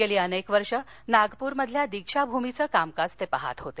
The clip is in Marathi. गेली अनेक वर्षे नागपूरमधील दिक्षाभूमीचं कामकाज ते पाहत होते